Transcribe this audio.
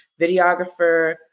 videographer